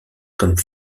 comme